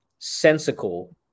sensical